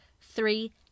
three